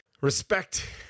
respect